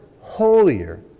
holier